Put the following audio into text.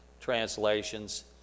translations